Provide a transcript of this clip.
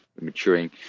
maturing